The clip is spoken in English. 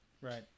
Right